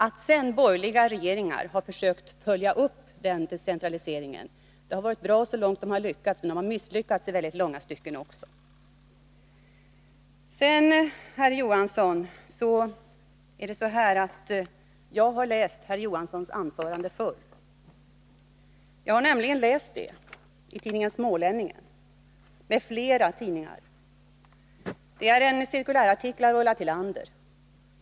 Att sedan borgerliga regeringar har försökt följa upp den reformen har varit bra, så långt de har lyckats. Men de har också misslyckats i långa stycken. Sedan, herr Johansson, är det så att jag har läst herr Johanssons anförande tidigare. Jag har nämligen läst det i tidningen Smålänningen m.fl. tidningar — det är en cirkulärartikel av Ulla Tillander.